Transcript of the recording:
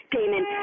Damon